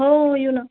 हो हो येऊ ना